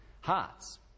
hearts